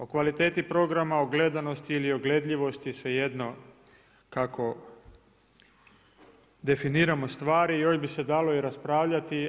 O kvaliteti programa, o gledanosti ili o gledljivosti, svejedno, kako definiramo stvari, još bi se dalo raspravljati.